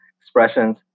expressions